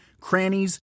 crannies